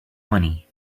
money